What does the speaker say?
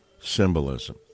symbolism